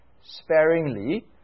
sparingly